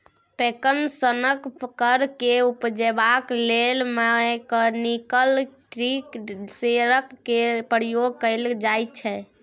पैकन सनक फर केँ उपजेबाक लेल मैकनिकल ट्री शेकर केर प्रयोग कएल जाइत छै